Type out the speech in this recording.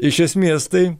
iš esmės tai